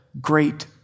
great